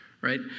right